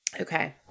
Okay